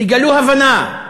תגלו הבנה,